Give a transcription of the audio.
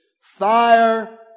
fire